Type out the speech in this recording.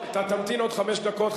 אתה תמתין עוד חמש דקות,